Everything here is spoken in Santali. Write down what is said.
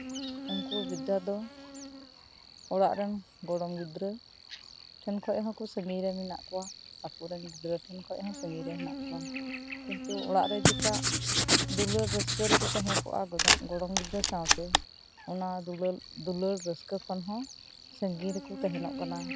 ᱩᱱᱠᱩ ᱵᱨᱤᱫᱽᱫᱷᱟ ᱫᱚ ᱚᱲᱟᱜ ᱨᱮᱱ ᱜᱚᱲᱚᱢ ᱜᱤᱫᱽᱨᱟᱹ ᱴᱷᱮᱱ ᱠᱷᱚᱱ ᱦᱚᱸ ᱥᱟᱹᱜᱤᱧ ᱨᱮ ᱢᱮᱱᱟᱜ ᱠᱚᱣᱟ ᱟᱠᱚ ᱨᱮᱱ ᱜᱤᱫᱽᱨᱟᱹ ᱴᱷᱮᱱ ᱠᱷᱚᱱ ᱦᱚᱸ ᱥᱟᱹᱜᱤᱧ ᱨᱮ ᱦᱮᱱᱟᱜ ᱠᱚᱣᱟ ᱠᱤᱱᱛᱩ ᱚᱲᱟᱜ ᱨᱮ ᱡᱮᱴᱟ ᱫᱩᱞᱟᱹᱲ ᱨᱟᱹᱥᱠᱟᱹ ᱨᱮᱠᱚ ᱛᱟᱦᱮᱸ ᱠᱚᱜᱼᱟ ᱫᱚᱢ ᱜᱚᱲᱚᱢ ᱜᱤᱫᱽᱨᱟᱹ ᱥᱟᱶᱛᱮ ᱚᱱᱟ ᱫᱩᱞᱟᱹᱲ ᱨᱟᱹᱥᱠᱟ ᱠᱷᱚᱱ ᱦᱚᱸ ᱥᱟᱹᱜᱤᱧ ᱨᱮ ᱠᱚ ᱛᱟᱦᱮᱸ ᱱᱚᱜ ᱠᱟᱱᱟ